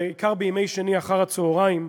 בעיקר בימי שני אחר הצהריים,